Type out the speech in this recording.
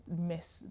miss